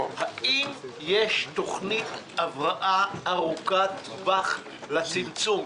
האם יש תוכנית הבראה ארוכת טווח לצמצום?